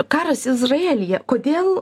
karas izraelyje kodėl